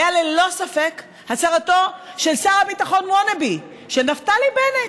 היה ללא ספק של שר הביטחון wannabe, של נפתלי בנט.